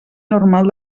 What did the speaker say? normal